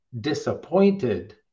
disappointed